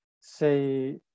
say